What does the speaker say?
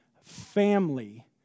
family